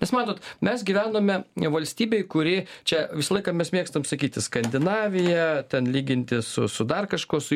nes matot mes gyvename valstybėj kuri čia visą laiką mes mėgstam sakyti skandinavija ten lyginti su su dar kažkuo su